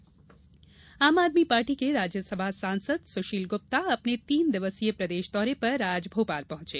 राहुल दौरा आम आदमी पार्टी के राज्यसभा सांसद सुशील गुप्ता अपने तीन दिवसीय प्रदेश दौरे पर आज भोपाल पहंचे